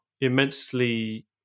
immensely